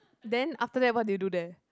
then after that what did you do there